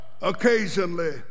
Occasionally